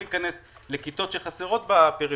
או כן להיכנס לכיתות שחסרות בפריפריה,